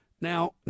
Now